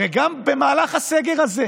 הרי גם במהלך הסגר הזה,